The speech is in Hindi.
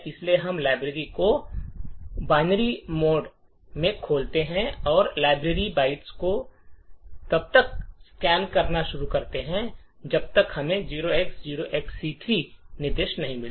इसलिए हम लाइब्रेरी को बाइनरी मोड में खोलते हैं और लाइब्रेरी बाइट को तब तक स्कैन करना शुरू करते हैं जब तक हमें 0x0XC3 निर्देश नहीं मिलते